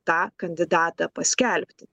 tą kandidatą paskelbti